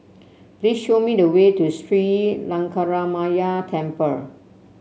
please show me the way to Sri Lankaramaya Temple